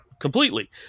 completely